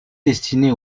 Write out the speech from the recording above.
destinés